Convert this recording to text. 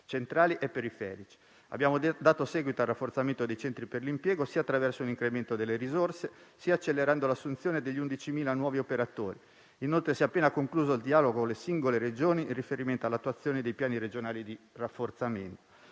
centrali e periferici. Abbiamo dato seguito al rafforzamento dei centri per l'impiego sia attraverso un incremento delle risorse sia accelerando l'assunzione di 11.000 nuovi operatori. Inoltre, si è appena concluso il dialogo con le singole Regioni di riferimento per l'attuazione dei piani regionali di rafforzamento.